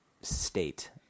state